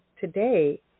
today